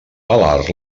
pelar